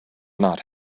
not